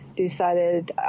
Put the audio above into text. decided